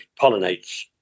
pollinates